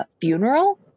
funeral